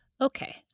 Okay